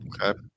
Okay